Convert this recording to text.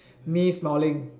me smiling